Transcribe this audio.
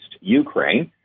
Ukraine